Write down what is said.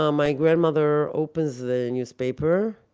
um my grandmother opens the and newspaper,